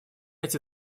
эти